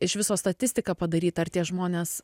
iš viso statistika padaryta ar tie žmonės